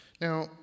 Now